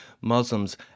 Muslims